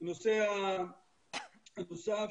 הנושא הנוסף,